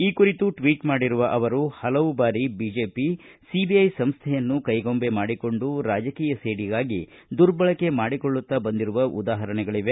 ಈ ಕುರಿತು ಟ್ವೀಟ್ ಮಾಡಿರುವ ಅವರು ಹಲವು ಬಾರಿ ಬಿಜೆಪಿ ಸಿಬಿಐ ಸಂಸ್ಥೆಯನ್ನು ಕೈಗೊಂಬೆ ಮಾಡಿಕೊಂಡು ರಾಜಕೀಯ ಸೇಡಿಗಾಗಿ ದುರ್ಬಳಕೆ ಮಾಡಿಕೊಳ್ಳುತ್ತ ಬಂದಿರುವ ಉದಾಹರಣೆಗಳವೆ